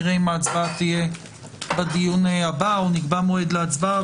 נראה אם ההצבעה תהיה בדיון הבא או שנקבע מועד להצבעה,